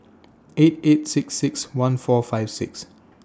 eight eight six six one four five six